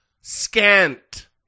scant